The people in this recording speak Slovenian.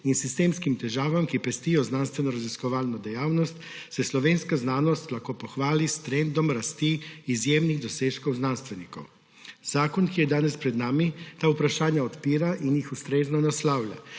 in sistemskim težavam, ki pestijo znanstvenoraziskovalno dejavnost, se slovenska znanost lahko pohvali s trendom rasti izjemnih dosežkov znanstvenikov. Zakon, ki je danes pred nami, ta vprašanja odpira in jih ustrezno naslavlja.